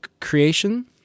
creation